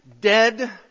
dead